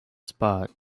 spot